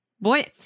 Boy